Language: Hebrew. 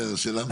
אם הוא לא בסדר.